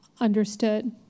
understood